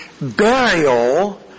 burial